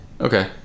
okay